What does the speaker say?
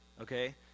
Okay